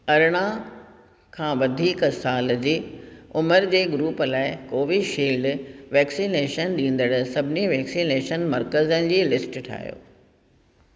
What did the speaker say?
अरड़हां खां वधीक साल जी उमिरि जे ग्रूप लाइ कोवीशील्ड वैक्सीनेशन ॾींदड़ सभिनी वैक्सीनेशन मर्कज़नि जी लिस्ट ठाहियो